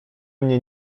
mnie